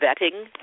vetting